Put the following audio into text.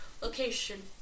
Location